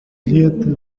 bilhete